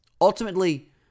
Ultimately